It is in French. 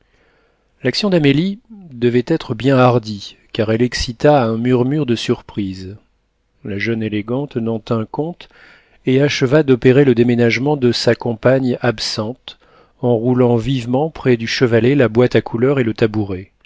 l'action d'amélie devait être bien hardie car elle excita un murmure de surprise la jeune élégante n'en tint compte et acheva d'opérer le déménagement de sa compagne absente en roulant vivement près du chevalet la boîte à couleur et le tabouret